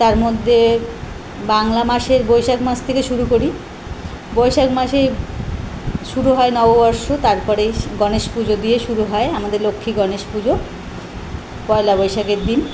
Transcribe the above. তার মদ্যে বাংলা মাসের বৈশাখ মাস থেকে শুরু করি বৈশাখ মাসে শুরু হয় নববর্ষ তারপরে গণেশ পুজো দিয়ে শুরু হয় আমাদের লক্ষ্মী গণেশ পুজো পয়লা বৈশাখের দিন